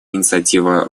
инициатива